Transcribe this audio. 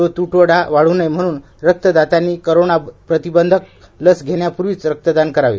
तो त्टवडा वाढू नये म्हणून रक्तदात्यांनी कोरोना प्रतिबंधक लस घेण्यापूर्वीच रक्तदान करावे